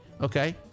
okay